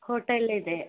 ಹೋಟೆಲಿದೆ